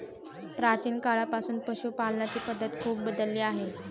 प्राचीन काळापासून पशुपालनाची पद्धत खूप बदलली आहे